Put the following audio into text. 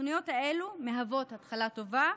התוכניות הללו מהוות התחלה טובה,